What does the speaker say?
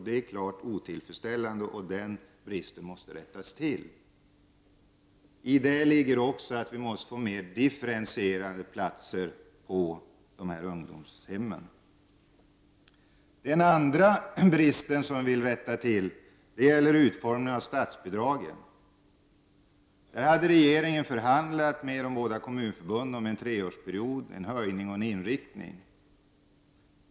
Det är klart otillfredställande, så den bristen måste vi komma till rätta med. I detta ligger också att det behövs fler differentierade platser på ungdomshemmen. Den andra bristen som vi vill komma till rätta med gäller utformningen av statsbidragen. Regeringen har förhandlat med de båda kommunförbunden om en treårsperiod, en höjning och inriktningen i detta sammanhang.